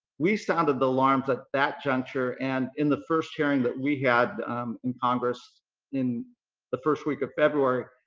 we sounded the alarms at that juncture and in the first hearing that we had in congress in the first week of february,